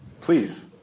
Please